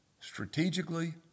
Strategically